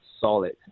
solid